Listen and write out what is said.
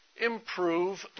improve